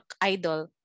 idol